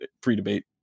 pre-debate